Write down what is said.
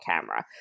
camera